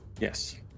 Yes